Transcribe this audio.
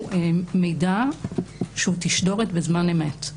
למידע שהוא תשדורת בזמן אמת,